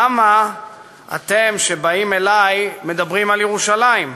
למה אתם שבאים אלי מדברים על ירושלים?